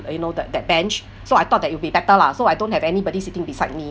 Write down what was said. uh you know that that bench so I thought that would be better lah so I don't have anybody sitting beside me